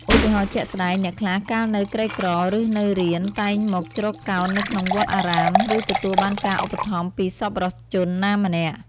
ឧទាហរណ៍ជាក់ស្ដែង អ្នកខ្លះកាលនៅក្រីក្រ ឬនៅរៀន តែងមកជ្រកកោននៅក្នុងវត្តអារាម ឬទទួលបានការឧបត្ថម្ភពីសប្បុរសជនណាម្នាក់។